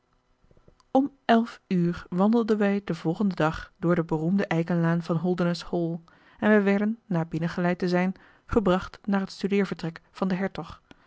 om elf uur wandelden wij den volgenden dag door de beroemde eikenlaan van holdernesse hall en wij werden na binnengeleid te zijn gebracht naar het studeervertrek van den